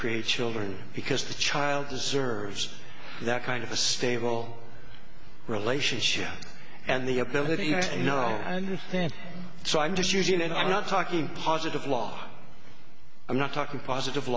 create children because the child deserves that kind of a stable relationship and the ability yes and no i don't think so i'm just using it i'm not talking positive law i'm not talking positive